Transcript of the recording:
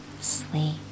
sleep